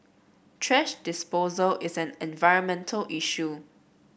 thrash disposal is an environmental issue